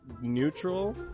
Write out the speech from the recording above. neutral